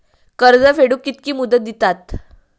कर्ज फेडूक कित्की मुदत दितात?